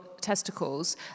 testicles